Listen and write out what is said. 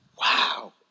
wow